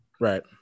Right